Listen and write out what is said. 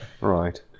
Right